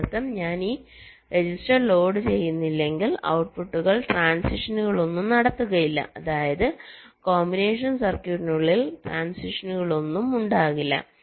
ഇതിനർത്ഥം ഞാൻ ഈ രജിസ്റ്റർ ലോഡുചെയ്യുന്നില്ലെങ്കിൽ ഔട്ട്പുട്ടുകൾ ട്രാന്സിഷ നുകളൊന്നും നടത്തുകയില്ല അതായത് കോമ്പിനേഷൻ സർക്യൂട്ടിനുള്ളിൽ ട്രാന്സിഷനുകളൊന്നും ഉണ്ടാകില്ല